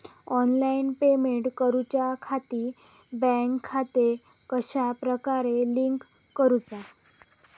Online payment करुच्याखाती bank खाते कश्या प्रकारे लिंक करुचा?